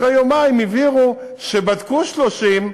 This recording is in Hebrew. אחרי יומיים הבהירו שבדקו 30,